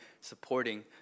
supporting